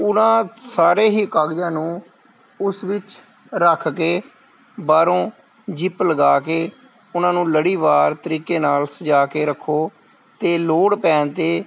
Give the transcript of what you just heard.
ਉਹਨਾਂ ਸਾਰੇ ਹੀ ਕਾਗਜ਼ਾਂ ਨੂੰ ਉਸ ਵਿੱਚ ਰੱਖ ਕੇ ਬਾਹਰੋਂ ਜਿੱਪ ਲਗਾ ਕੇ ਉਹਨਾਂ ਨੂੰ ਲੜੀਵਾਰ ਤਰੀਕੇ ਨਾਲ ਸਜਾ ਕੇ ਰੱਖੋ ਅਤੇ ਲੋੜ ਪੈਣ 'ਤੇ